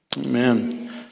Amen